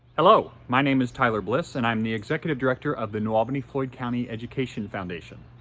hello, my name is tyler bliss, and i'm the executive director of the new albany floyd county education foundation.